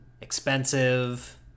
expensive